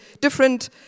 different